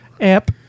app